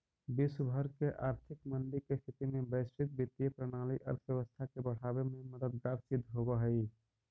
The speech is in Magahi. विश्व भर के आर्थिक मंदी के स्थिति में वैश्विक वित्तीय प्रणाली अर्थव्यवस्था के बढ़ावे में मददगार सिद्ध होवऽ हई